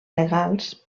legals